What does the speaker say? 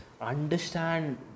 understand